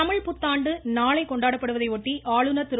தமிழ் புத்தாண்டு நாளை கொண்டாடப்படுவதை ஒட்டி ஆளுநர் திரு